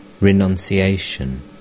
renunciation